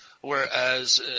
whereas